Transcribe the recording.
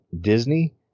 Disney